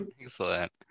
Excellent